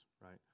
right